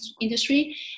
industry